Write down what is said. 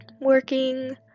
working